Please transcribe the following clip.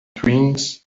twigs